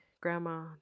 grandma